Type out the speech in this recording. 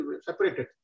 separated